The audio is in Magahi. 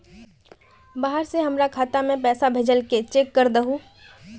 बाहर से हमरा खाता में पैसा भेजलके चेक कर दहु?